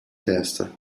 testa